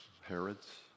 Herods